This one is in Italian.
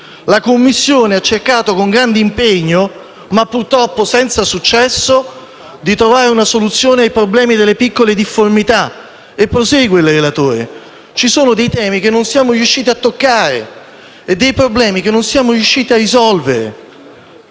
la Commissione abbia cercato con grande impegno, ma purtroppo senza successo di trovare una soluzione ai problemi delle piccole difformità. Il relatore ha aggiunto che «Ci sono dei temi che non siamo riusciti a toccare e dei problemi che non siamo riusciti a risolvere»,